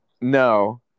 No